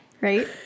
right